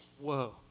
Whoa